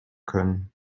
können